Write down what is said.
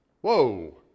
Whoa